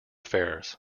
affairs